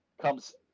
comes